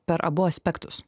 per abu aspektus